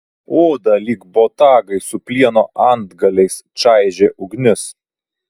odą lyg botagai su plieno antgaliais čaižė ugnis